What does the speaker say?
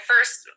first